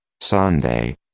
Sunday